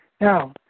Now